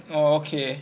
orh okay